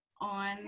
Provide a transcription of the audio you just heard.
on